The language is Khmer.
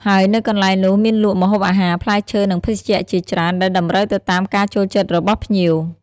ហើយនៅកន្លែងនោះមានលក់ ម្ហូបអាហារ ផ្លែឈើ និងភេសជ្ជៈជាច្រើន ដែលតម្រូវទៅតាមការចូលចិត្តរបស់ភ្ញៀវ។